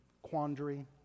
quandary